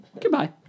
Goodbye